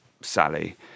Sally